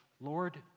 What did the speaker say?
Lord